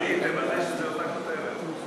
אם תקצר אז מחר יהיה יותר ארוך.